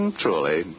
truly